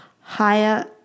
higher